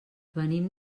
venim